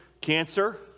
cancer